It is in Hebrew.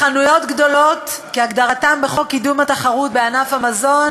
לחנויות גדולות כהגדרתן בחוק קידום התחרות בענף המזון,